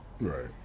Right